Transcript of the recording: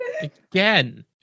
Again